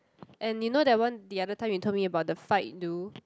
and you know that one the other time you told me about the Fight-Do